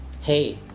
hey